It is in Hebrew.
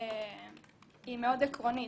היא מאוד עקרונית.